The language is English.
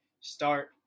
start